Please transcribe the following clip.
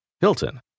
Hilton